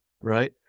right